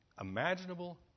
imaginable